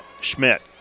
Schmidt